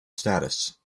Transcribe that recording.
status